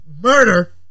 murder